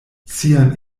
sian